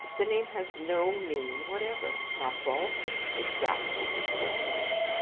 the name has no meaning whatever. now baltic exactly describes it.